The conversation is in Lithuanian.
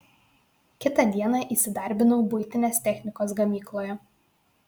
kitą dieną įsidarbinau buitinės technikos gamykloje